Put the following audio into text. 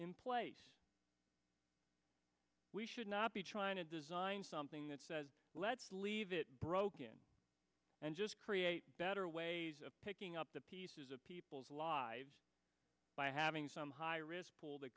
in place we should not be trying to design something that says let's leave it broken and just create better ways of picking up the pieces of people's lives by having some high risk pool that